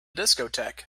discotheque